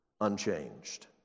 unchanged